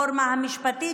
ודמוקרטית.